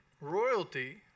royalty